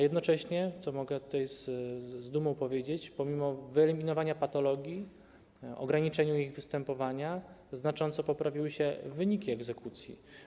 Jednocześnie, co mogę z dumą powiedzieć, pomimo wyeliminowania patologii, ograniczenia ich występowania, znacząco poprawiły się wyniki egzekucji.